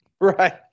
Right